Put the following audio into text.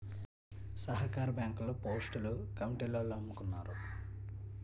సహకార బ్యాంకుల్లో పోస్టులు కమిటీలోల్లమ్ముకున్నారు